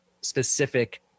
specific